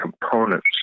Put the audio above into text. components